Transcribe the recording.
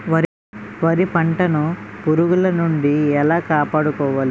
వరి పంటను పురుగుల నుండి ఎలా కాపాడుకోవాలి?